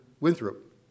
Winthrop